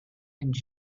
and